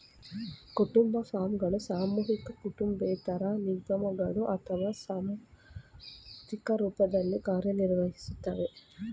ಕುಟುಂಬ ಫಾರ್ಮ್ಗಳು ಸಾಮೂಹಿಕ ಕುಟುಂಬೇತರ ನಿಗಮಗಳು ಅಥವಾ ಸಾಂಸ್ಥಿಕ ರೂಪದಲ್ಲಿ ಕಾರ್ಯನಿರ್ವಹಿಸ್ತವೆ